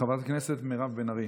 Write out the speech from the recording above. חברת הכנסת מירב בן ארי.